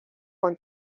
con